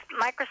Microsoft